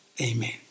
amen